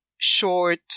short